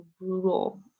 brutal